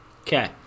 Okay